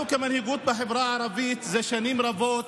אנחנו כמנהיגות בחברה הערבית, שנים רבות